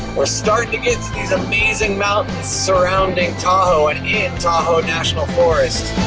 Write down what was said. we're starting to get to these amazing mountains surrounding tahoe and in tahoe national forest.